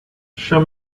show